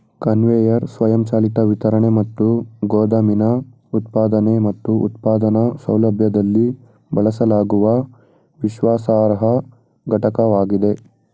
conveyor ಸ್ವಯಂಚಾಲಿತ ವಿತರಣೆ ಮತ್ತು ಗೋದಾಮಿನ ಉತ್ಪಾದನೆ ಮತ್ತು ಉತ್ಪಾದನಾ ಸೌಲಭ್ಯದಲ್ಲಿ ಬಳಸಲಾಗುವ ವಿಶ್ವಾಸಾರ್ಹ ಘಟಕವಾಗಿದೆ